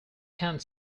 cannot